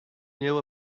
knew